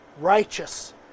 righteous